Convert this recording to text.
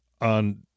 on